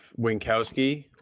Winkowski